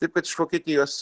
taip kad iš vokietijos